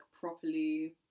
properly